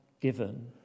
given